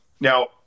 Now